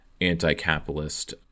anti-capitalist